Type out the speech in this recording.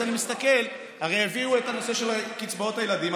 אז אני מסתכל הרי הביאו את הנושא של קצבאות הילדים: